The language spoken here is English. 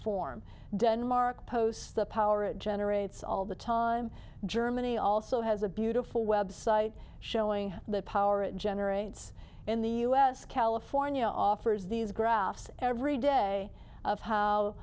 form denmark posts the power it generates all the time germany also has a beautiful website showing the power it generates in the us california offers these graphs every day of how